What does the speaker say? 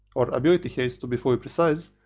or ability haste to be fully precise,